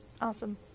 awesome